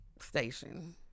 station